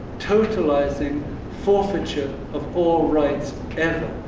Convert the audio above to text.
totalizing forfeiture of all rights